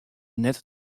net